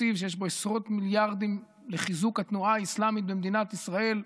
תקציב שיש בו עשרות מיליארדים לחיזוק התנועה האסלאמית במדינת ישראל,